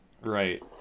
Right